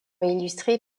illustrée